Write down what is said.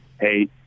hey